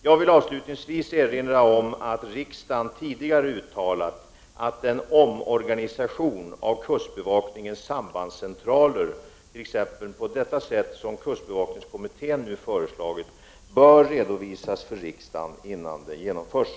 Jag vill avslutningsvis erinra om att riksdagen tidigare uttalat att en omorganisation av kustbevakningens sambandscentraler, t.ex. på det sätt som kustbevakningskommittén nu föreslagit, bör redovisas för riksdagen innan den genomförs.